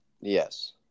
yes